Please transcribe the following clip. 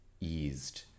eased